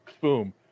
Boom